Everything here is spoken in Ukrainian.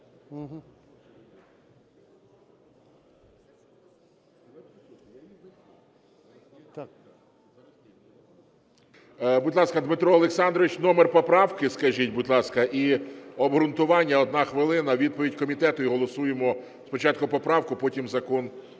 Будь ласка, Дмитро Олександрович, номер поправки скажіть, будь ласка, і обґрунтування – 1 хвилина, відповідь комітету, і голосуємо спочатку поправку, потім закон